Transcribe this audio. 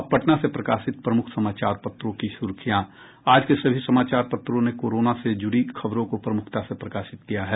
अब पटना से प्रकाशित प्रमुख समाचार पत्रों की सुर्खियां आज के सभी समाचार पत्रों ने कोरोना से जुड़ी खबरों को प्रमुखता से प्रकाशित किया है